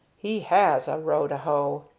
he has a row to hoe!